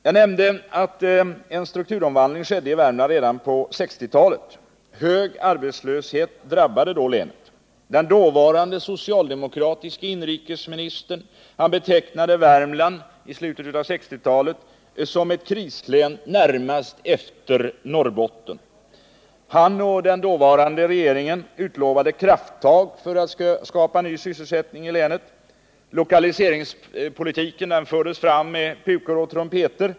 Jag nämnde att en strukturomvandling skedde i Värmland redan på 1960-talet. Hög arbetslöshet drabbade då länet. Den dåvarande socialdemokratiska inrikesministern betecknade i slutet av 1960-talet Värmland som ett krislän, närmast efter Norrbotten. Han och den dåvarande regeringen utlovade krafttag för att skapa ny sysselsättning i länet. Lokaliseringspolitiken fördes fram med pukor och trumpeter.